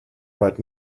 right